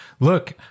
Look